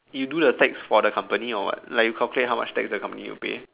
you do the tax for the company or what like you calculate how much the tax the company will pay